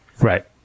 right